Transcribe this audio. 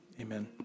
Amen